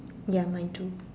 ya mine too